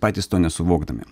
patys to nesuvokdami